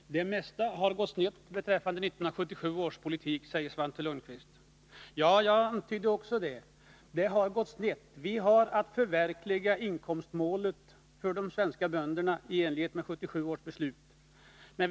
Herr talman! Det mesta har gått snett beträffande 1977 års politik, sade Svante Lundkvist. Ja, också jag antydde detta. Det har gått snett. Vi har att förverkliga inkomstmålet för de svenska bönderna i enlighet med 1977 års beslut.